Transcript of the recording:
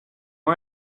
are